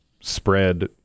spread